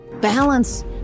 Balance